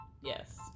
Yes